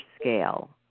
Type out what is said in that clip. scale